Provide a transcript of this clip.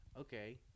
okay